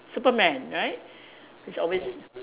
Superman right he's always